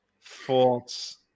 thoughts